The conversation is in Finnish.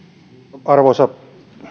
arvoisa